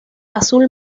azul